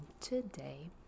today